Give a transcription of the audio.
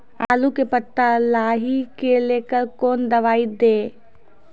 आलू के पत्ता लाही के लेकर कौन दवाई दी?